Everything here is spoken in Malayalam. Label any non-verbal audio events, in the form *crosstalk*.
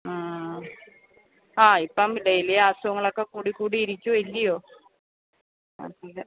ആ ആ ഇപ്പം ഡെയിലി അസുഖങ്ങളൊക്കെ കൂടി കൂടി ഇരിക്കുവല്ലെയോ *unintelligible*